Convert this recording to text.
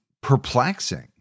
perplexing